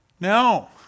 No